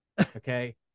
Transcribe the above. okay